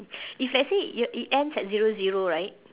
if let's say you~ it ends at zero zero right